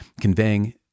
conveying